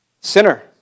Sinner